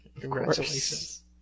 Congratulations